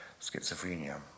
schizophrenia